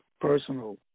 personal